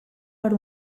per